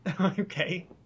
Okay